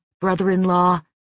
brother-in-law